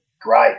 great